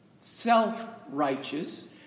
self-righteous